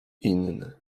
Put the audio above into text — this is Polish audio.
inny